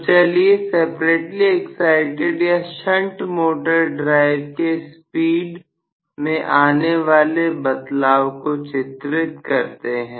तो चलिए separately excited या शंट मोटर ड्राइव के स्पीड में आने वाले बदलाव को चित्रित करते हैं